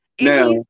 Now